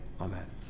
Amen